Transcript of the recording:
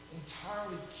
entirely